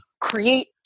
create